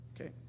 Okay